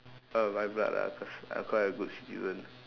uh my blood lah cause I'm quite a good citizen